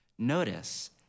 Notice